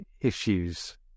issues